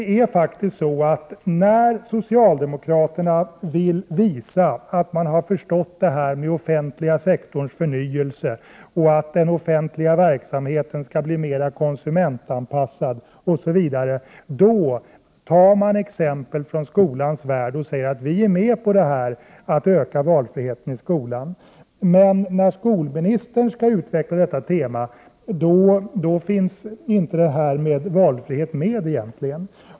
När socialdemokraterna vill visa att man har förstått det här med offentliga sektorns förnyelse och att den offentliga verksamheten skall bli mer konsumentanpassad osv., då tar man faktiskt exempel från skolans värld och säger: Vi är med på att öka valfriheten i skolan. Men när skolministern skall utveckla detta tema, finns inte det här med valfrihet med egentligen.